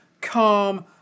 calm